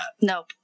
Nope